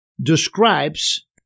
describes